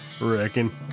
Reckon